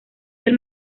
del